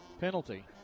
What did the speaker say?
penalty